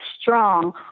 strong